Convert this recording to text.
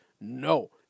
no